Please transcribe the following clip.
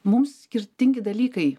mums skirtingi dalykai